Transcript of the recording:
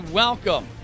welcome